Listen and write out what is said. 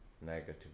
negative